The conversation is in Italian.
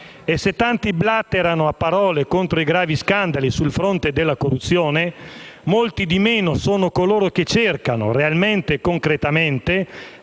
E se tanti blaterano, a parole, contro i gravi scandali sul fronte della corruzione, molti di meno sono coloro che cercano, realmente e concretamente,